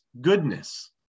goodness